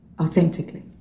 Authentically